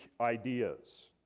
ideas